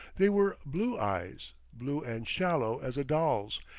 they were blue eyes, blue and shallow as a doll's,